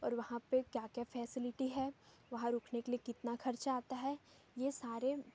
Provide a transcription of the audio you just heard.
और वहाँ पे क्या क्या फ़ैसिलिटी है वहाँ रुकने के लिए कितना खर्चा आता है ये सारे